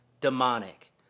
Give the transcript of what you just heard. demonic